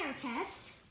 test